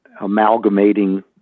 amalgamating